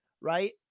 right